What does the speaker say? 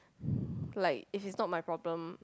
like it is not my problem